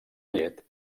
llet